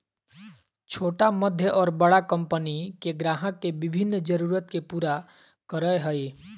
छोटा मध्य और बड़ा कंपनि के ग्राहक के विभिन्न जरूरत के पूरा करय हइ